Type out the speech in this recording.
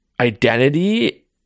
identity